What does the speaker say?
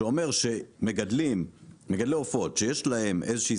שאומר שמגדלי עופות שיש להם איזו שהיא